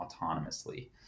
autonomously